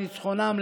על ניצחונם,